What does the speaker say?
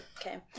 Okay